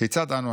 "כיצד אנו,